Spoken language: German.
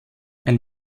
ein